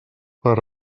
per